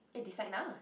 eh decide now ah